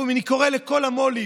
אני קורא לכל המו"לים,